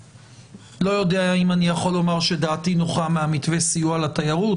לא יודע אם אני יכול לומר שדעתי נוחה מהמתווה סיוע לתיירות,